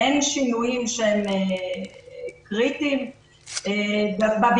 אין שינויים שהם קריטיים בביקוש.